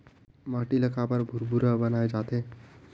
माटी ला काबर भुरभुरा बनाय जाथे?